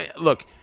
look